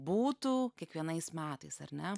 būtų kiekvienais metais ar ne